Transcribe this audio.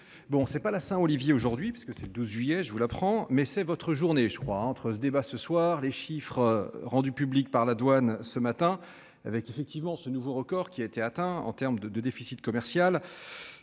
bon c'est pas la Saint-Olivier aujourd'hui parce que c'est le 12 juillet, je vous l'apprends. Mais c'est votre journée je crois entre ce débat ce soir les chiffres rendus publics par la douane ce matin avec effectivement ce nouveau record qui a été atteint en terme de de déficit commercial.